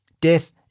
death